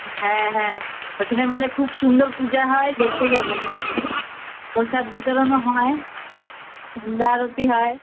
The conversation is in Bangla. হ্যাঁ হ্যাঁ ওইখানে বলে খুব সুন্দর পূজা হয় দেখতে যাবো প্রসাদ বিতরণও হয় সন্ধ্যা আরতি হয়